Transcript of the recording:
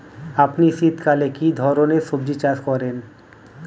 আপনি শীতকালে কী ধরনের সবজী চাষ করেন?